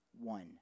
One